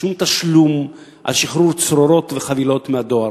שום תשלום על שחרור צרורות וחבילות מהדואר.